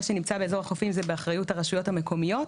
מה שנמצא באזור החופים זה באחריות הרשויות המקומיות.